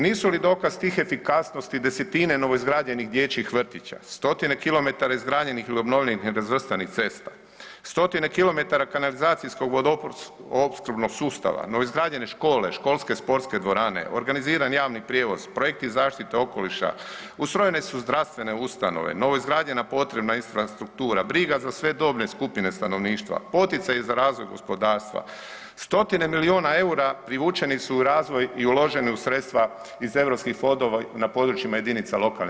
Nisu li dokaz tih efikasnosti desetine novoizgrađenih dječjih vrtića, stotine kilometara izgrađenih ili obnovljenih ili nerazvrstanih cesta, stotine kilometara kanalizacijskog vodoopskrbnog sustava, novoizgrađene škole, školske sportske dvorane, organiziran javni prijevoz, projekti zaštite okoliša, ustrojene su zdravstvene ustanove, novoizgrađena potrebna infrastrukture, briga za sve dobne skupine stanovništva, poticaji za razvoj gospodarstva, stotine milijuna EUR-a privučeni su u razvoj i uloženi u sredstva iz europskih fondova na područjima JLS-ova.